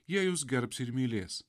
jie jus gerbs ir mylės